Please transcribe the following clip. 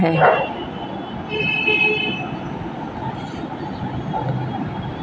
Mobile से पैसे transfer करने के लिए सिस्टम क्या है?